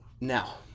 Now